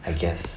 I guess